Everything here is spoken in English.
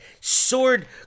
Sword